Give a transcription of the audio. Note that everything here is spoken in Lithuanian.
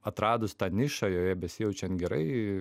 atradus tą nišą joje besijaučiant gerai